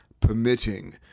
permitting